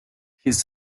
his